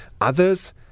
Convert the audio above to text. Others